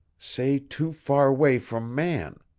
say too far way from man.